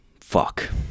fuck